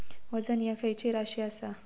वजन ह्या खैची राशी असा?